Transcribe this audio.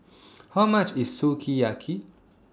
How much IS Sukiyaki